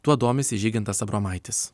tuo domisi žygintas abromaitis